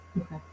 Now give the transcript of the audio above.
Okay